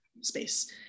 space